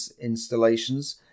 installations